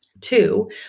Two